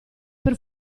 per